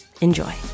Enjoy